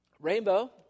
Rainbow